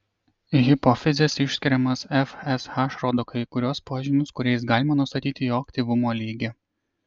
hipofizės išskiriamas fsh rodo kai kuriuos požymius kuriais galima nustatyti jo aktyvumo lygį